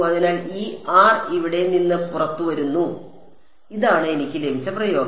അതിനാൽ ഈ ആർ ഇവിടെ നിന്ന് പുറത്തുവന്നു ഇതാണ് എനിക്ക് ലഭിച്ച പ്രയോഗം